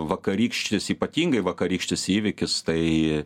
vakarykštis ypatingai vakarykštis įvykis tai